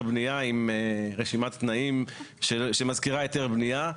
בנייה עם רשימת תנאים שמזכירה היתר בנייה,